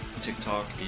TikTok